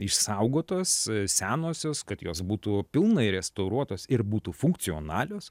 išsaugotos senosios kad jos būtų pilnai restauruotos ir būtų funkcionalios